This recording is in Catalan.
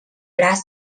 braç